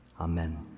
Amen